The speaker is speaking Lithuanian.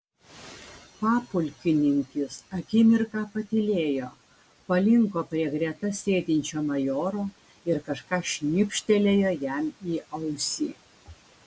papulkininkis akimirką patylėjo palinko prie greta sėdinčio majoro ir kažką šnibžtelėjo jam į ausį